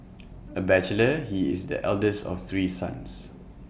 A bachelor he is the eldest of three sons